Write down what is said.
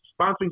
sponsoring